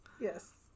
yes